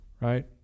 right